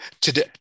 today